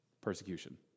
Persecution